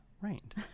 rained